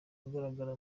agaragara